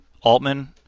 Altman